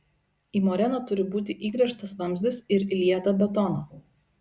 į moreną turi būti įgręžtas vamzdis ir įlieta betono